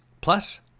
plus